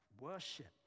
worship